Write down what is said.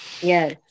Yes